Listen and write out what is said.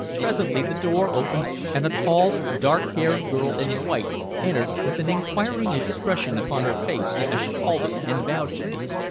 presently the door opened, and a tall dark-haired girl in white entered with an enquiring expression upon her face as she halted and bowed to me.